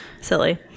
silly